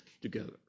together